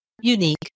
unique